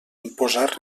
imposar